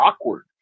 awkward